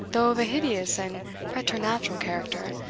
though of a hideous and preternatural character,